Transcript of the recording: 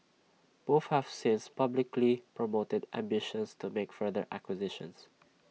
both have since publicly promoted ambitions to make further acquisitions